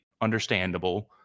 understandable